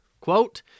Quote